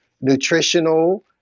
nutritional